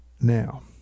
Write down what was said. now